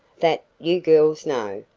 that, you girls know,